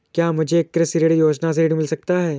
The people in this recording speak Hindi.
क्या मुझे कृषि ऋण योजना से ऋण मिल सकता है?